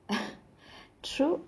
ah true